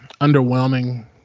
underwhelming